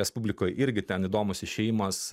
respublikoj irgi ten įdomus išėjimas